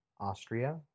Austria